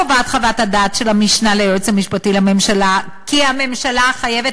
קובעת חוות הדעת של המשנה ליועץ המשפטי לממשלה כי הממשלה חייבת